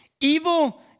Evil